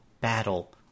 battle